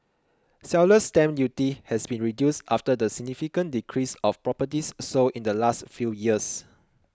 seller's stamp duty has been reduced after the significant decrease of properties sold in the last few years